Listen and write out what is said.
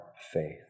faith